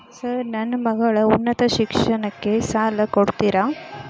Sir ನನ್ನ ಮಗಳ ಉನ್ನತ ಶಿಕ್ಷಣಕ್ಕೆ ಸಾಲ ಕೊಡುತ್ತೇರಾ?